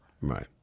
Right